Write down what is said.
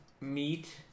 Meat